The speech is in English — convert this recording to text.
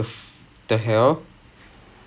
ya ya ya